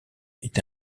est